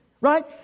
right